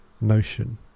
notion